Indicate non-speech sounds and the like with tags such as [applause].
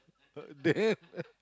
then [laughs]